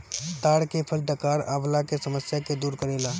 ताड़ के फल डकार अवला के समस्या के दूर करेला